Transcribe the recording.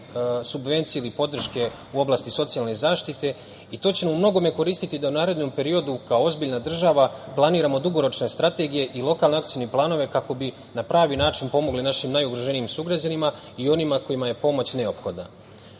subvencije ili podrške u oblasti socijalne zaštite. To će u mnogome koristiti da u narednom periodu kao ozbiljna država planiramo dugoročne strategije i lokalne akcione planove, kako bi na pravi način pomogli našim najugroženijim sugrađanima i onima kojima je pomoć neophodna. Pored